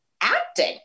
acting